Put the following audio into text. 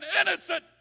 innocent